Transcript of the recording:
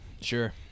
Sure